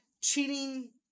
cheating